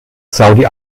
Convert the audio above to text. saudi